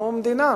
אנחנו מדינה,